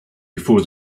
before